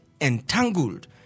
entangled